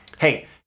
Hey